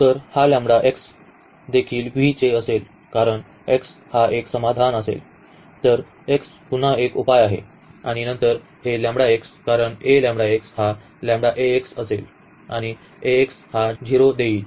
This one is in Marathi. तर हा देखील V चे असेल कारण x हा एक समाधान असेल तर पुन्हा एक उपाय आहे आणि नंतर हे कारण हा असेल आणि Ax हा 0 देईल